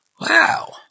Wow